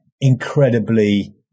incredibly